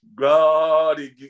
God